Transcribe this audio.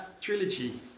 Trilogy